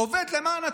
הוא עובד למען הציבור,